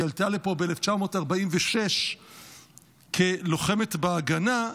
היא עלתה לפה ב-1946 כלוחמת ההגנה,